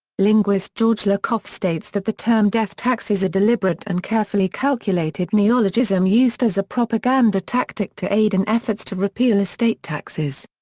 linguist george lakoff states that the term death tax is a deliberate and carefully calculated neologism used as a propaganda tactic to aid in efforts to repeal estate taxes.